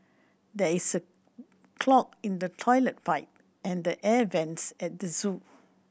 there is a clog in the toilet pipe and the air vents at the zoo